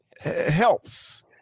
helps